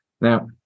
Now